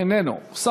אינו נוכח,